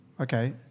Okay